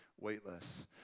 Weightless